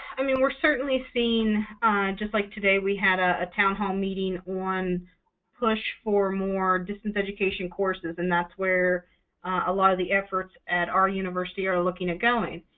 i mean, we're certainly seeing just like today, we had ah a town hall meeting on push for more distance education courses, and that's where a lot of the efforts at our university are looking at going.